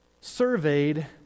surveyed